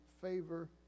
favor